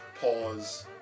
Pause